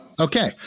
Okay